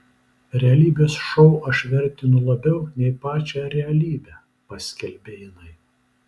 realybės šou aš vertinu labiau nei pačią realybę paskelbė jinai